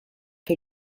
che